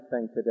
today